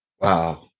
Wow